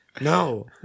No